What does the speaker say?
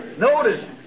Notice